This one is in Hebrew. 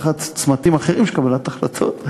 תחת צמתים אחרים של קבלת החלטות.